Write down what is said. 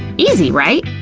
easy, right?